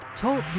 Talk